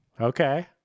okay